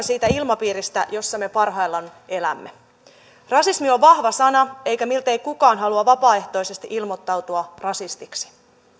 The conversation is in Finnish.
siitä ilmapiiristä jossa me parhaillaan elämme rasismi on vahva sana eikä miltei kukaan halua vapaaehtoisesti ilmoittautua rasistiksi